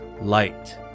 light